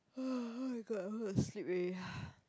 [oh]-my-god I want to sleep already